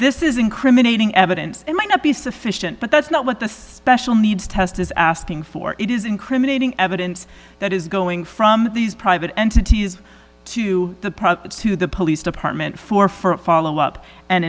this is incriminating evidence it might not be sufficient but that's not what the special needs test is asking for it is incriminating evidence that is going from these private entities to the profits to the police department for for a follow up and